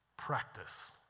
practice